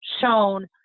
shown